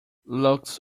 looks